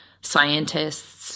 scientists